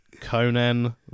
Conan